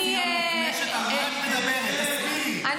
כדי שאני אוכל לכתוב את השטויות,